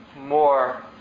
more